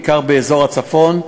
בעיקר באזור הצפון,